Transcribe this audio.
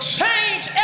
change